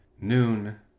noon